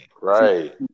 right